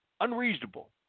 Unreasonable